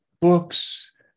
books